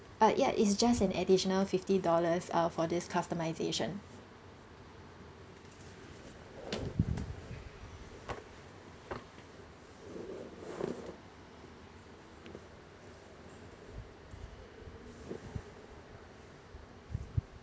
uh ya is just an additional fifty dollars uh for this customization